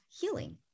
healing